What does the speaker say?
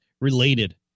related